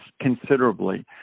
considerably